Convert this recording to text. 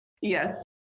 Yes